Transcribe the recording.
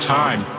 time